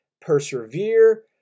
persevere